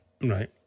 Right